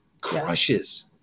crushes